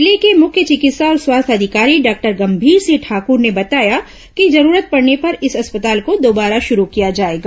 जिले के मुख्य चिकित्सा और स्वास्थ्य अधिकारी डॉक्टर गंभीर सिंह ठाकूर ने बताया कि जरूरत पड़ने पर इस अस्पताल को दोबारा शुरू किया जाएगा